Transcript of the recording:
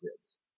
kids